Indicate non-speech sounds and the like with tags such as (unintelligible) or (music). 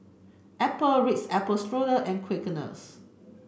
Apple Ritz Apple Strudel and Quaker (unintelligible)